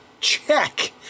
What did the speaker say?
Check